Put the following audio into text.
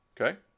Okay